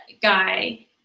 guy